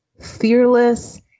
fearless